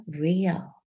real